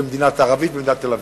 ומדינה ערבית ומדינת תל-אביב.